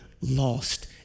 lost